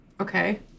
Okay